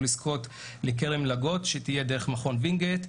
לזכות בקרן מלגות שתהיה דרך מכון וינגייט,